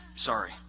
Sorry